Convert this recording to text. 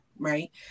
Right